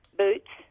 boots